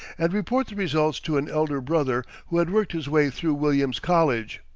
and report the results to an elder brother who had worked his way through williams college.